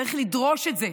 צריך לדרוש את זה,